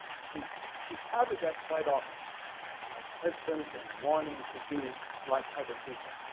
she she touted that quite often of husbands and wanting to be like other people.